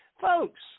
folks